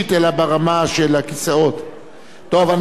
אני רושם לפני שהצבעתו של אורי אורבך,